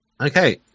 Okay